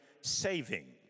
saving